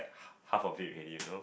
half of it already you know